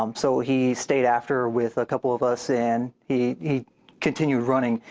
um so he stayed after with a couple of us and he he continued running,